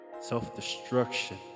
self-destruction